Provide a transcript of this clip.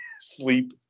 sleep